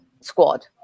squad